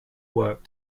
worked